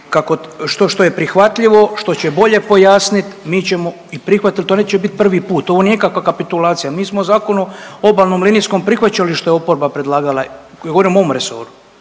što je prihvatljivo, što će bolje pojasnit mi ćemo i prihvatit jel to neće bit prvi put, ovo nije nikakva kapitulacija, mi smo u Zakonu o obalnom linijskom prihvaćali što je oporba predlagala, govorim o ovom resoru.